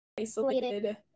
isolated